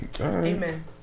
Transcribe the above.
amen